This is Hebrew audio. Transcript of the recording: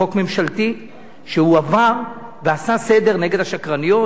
חוק ממשלתי שעבר ועשה סדר נגד השקרניות.